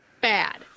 bad